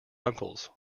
uncles